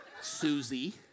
Susie